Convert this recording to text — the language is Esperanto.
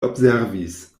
observis